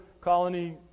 colony